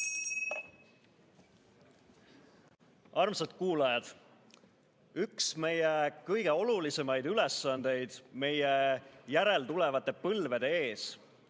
Armsad kuulajad! Üks meie kõige olulisemaid ülesandeid meie järeltulevate põlvede ees